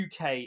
UK